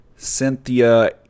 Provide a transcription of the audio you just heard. Cynthia